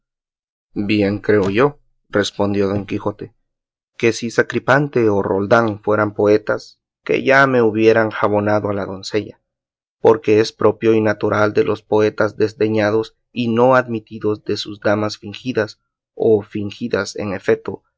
bien creo yo respondió don quijote que si sacripante o roldán fueran poetas que ya me hubieran jabonado a la doncella porque es propio y natural de los poetas desdeñados y no admitidos de sus damas fingidas o fingidas en efeto